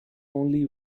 only